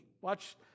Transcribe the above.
watch